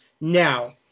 Now